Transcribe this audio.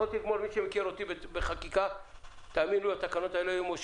יכולתי לאשר כבר את התקנות האלה,